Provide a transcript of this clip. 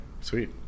sweet